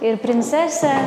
ir princese